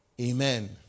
Amen